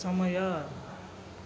ಸಮಯ